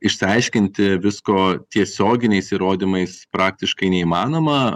išsiaiškinti visko tiesioginiais įrodymais praktiškai neįmanoma